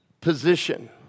position